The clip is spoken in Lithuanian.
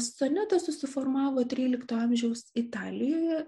sonetas susiformavo trylikto amžiaus italijoje